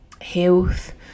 health